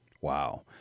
Wow